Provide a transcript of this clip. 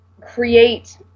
create